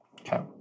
Okay